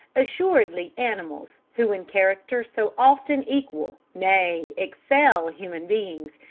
assuredly animals, who in character so often equal, nay, excel human beings,